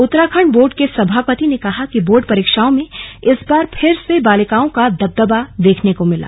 Uttarakhand board के सभापति ने कहा कि बोर्ड परीक्षाओं में इस बार फिर से बालिकाओं का दबदबा देखने को मिला